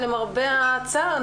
למרבה הצער,